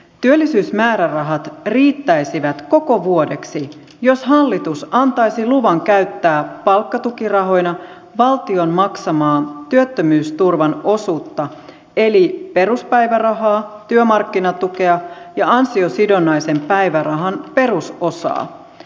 työllisyysmäärärahat riittäisivät koko vuodeksi jos hallitus antaisi luvan käyttää palkkatukirahoina valtion maksamaa työttömyysturvan osuutta eli peruspäivärahaa työmarkkinatukea ja ansiosidonnaisen päivärahan perusosaa